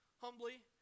humbly